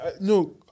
no